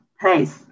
place